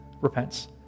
repents